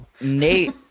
Nate